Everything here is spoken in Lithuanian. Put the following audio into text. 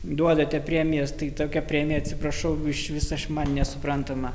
duodate premijas tai tokia premija atsiprašau išvis aš man nesuprantama